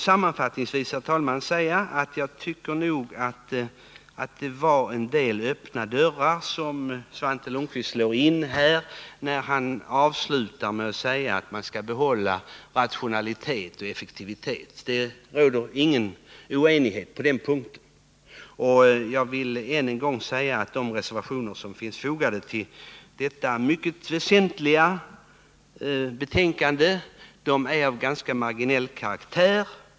Sammanfattningsvis vill jag, herr talman, säga att Svante Lundkvist slog in några öppna dörrar när han avslutade sitt anförande med att säga att man skall behålla nationalitet och effektivitet. Det råder ingen oenighet på den punkten. Jag vill än en gång säga att de reservationer som är fogade till detta mycket väsentliga betänkande är av ganska marginell karaktär.